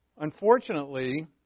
Unfortunately